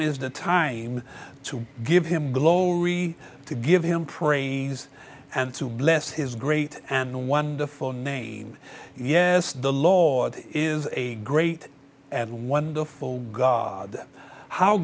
is the time to give him glow to give him praise and to bless his great and wonderful name yes the law is a great and wonderful god how